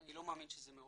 אני לא מאמין שזה מאוד